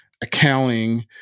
accounting